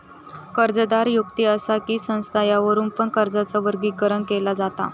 कर्जदार व्यक्ति असा कि संस्था यावरुन पण कर्जाचा वर्गीकरण केला जाता